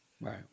Right